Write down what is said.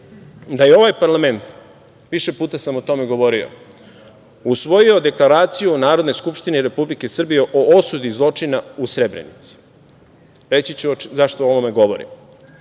da je ovaj parlament, više puta sam o tome govorio, usvojio Deklaraciju Narodne skupštine Republike Srbije o osudi zločina u Srebrenici. Reći ću zašto o ovome govorim.